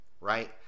right